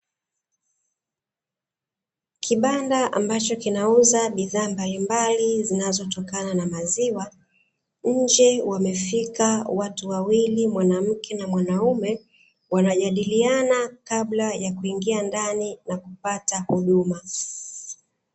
Kibanda ambacho kinauza bidhaa mbalimbali zinazotokana na maziwa, nje wamefika watu wawili mwanamke na mwanaume, wanajadiliana kabla ya kuingia ndani na kupata huduma.